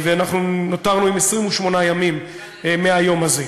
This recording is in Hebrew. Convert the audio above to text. אנחנו נותרנו עם 28 ימים מהיום הזה.